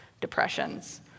depressions